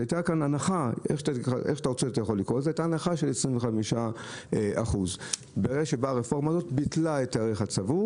זה אומר הנחה של 25%. הרפורמה הזאת למעשה ביטלה את הערך הצבור